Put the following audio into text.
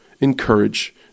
encourage